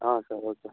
ಹಾಂ sir okay